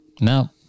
no